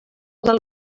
del